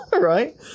right